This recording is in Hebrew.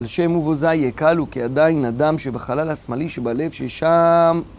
על שם ״ובזי יקלו״, כי עדיין הדם שבחלל השמאלי שבלב, ששם...